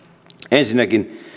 ensinnäkin